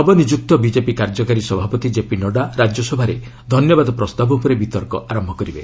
ନବନିଯୁକ୍ତ ବିଜେପି କାର୍ଯ୍ୟକାରୀ ସଭାପାତି କ୍ଷେପି ନଡ୍ରା ରାଜ୍ୟସଭାରେ ଧନ୍ୟବାଦ ପ୍ରସ୍ତାବ ଉପରେ ବିତର୍କ ଆରମ୍ଭ କରିବେ